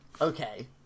Okay